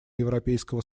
европейского